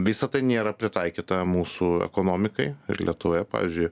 visa tai nėra pritaikyta mūsų ekonomikai ir lietuvoje pavyzdžiui